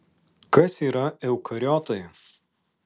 kas yra eukariotai